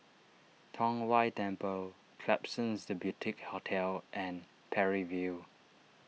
Tong Whye Temple Klapsons the Boutique Hotel and Parry View